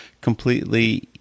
completely